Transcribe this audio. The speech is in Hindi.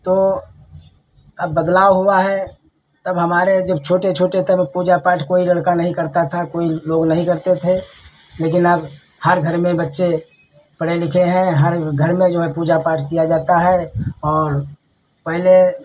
तो अब बदलाव हुआ है तब हमारे जब छोटे छोटे तब पूजा पाठ कोई लड़का नहीं करता था कोई लोग नहीं करते थे लेकिन अब हर घर में बच्चे पढे़ लिखे हैं हर घर में जो है पूजा पाठ किया जाता है और पहले